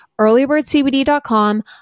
earlybirdcbd.com